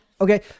Okay